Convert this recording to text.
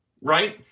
right